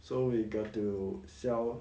so we got to sell